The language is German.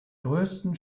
größten